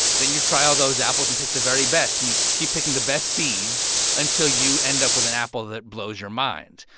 then you try all those apples and pick the very best. and you can keep picking the best seeds until you end up with an apple that blows your mind.